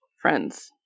friends